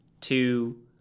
two